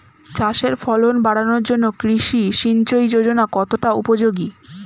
চাষের ফলন বাড়ানোর জন্য কৃষি সিঞ্চয়ী যোজনা কতটা উপযোগী?